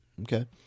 Okay